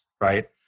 right